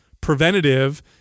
preventative